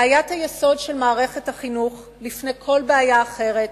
בעיית היסוד של מערכת החינוך, לפני כל בעיה אחרת,